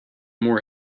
more